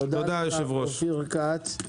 תודה רבה, אופיר כץ.